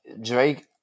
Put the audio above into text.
Drake